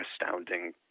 astounding